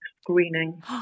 screening